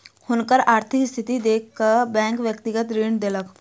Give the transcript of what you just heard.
हुनकर आर्थिक स्थिति देख कअ बैंक व्यक्तिगत ऋण देलक